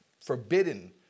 forbidden